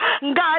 God